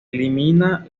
elimina